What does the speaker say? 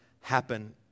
happen